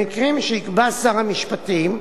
במקרים שיקבע שר המשפטים,